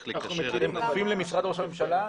לקשר את --- אתם כפופים למשרד ראש הממשלה?